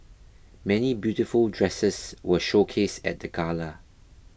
many beautiful dresses were showcased at the gala